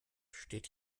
steht